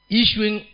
issuing